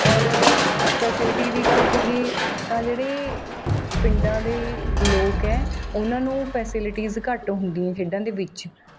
ਔਰ ਫੈਸਿਲਿਟੀ ਦੀ ਗੱਲ ਕਰੀਏ ਤਾਂ ਜਿਹੜੇ ਪਿੰਡਾਂ ਦੇ ਲੋਕ ਹੈ ਉਹਨਾਂ ਨੂੰ ਫੈਸਿਲਿਟੀਜ਼ ਘੱਟ ਹੁੰਦੀਆਂ ਖੇਡਾਂ ਦੇ ਵਿੱਚ